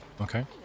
Okay